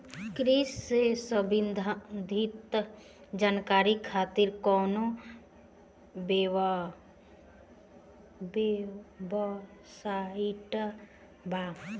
कृषि से संबंधित जानकारी खातिर कवन वेबसाइट बा?